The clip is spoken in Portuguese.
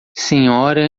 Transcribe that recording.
senhora